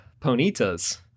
ponitas